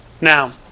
Now